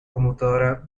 computadora